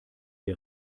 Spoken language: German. der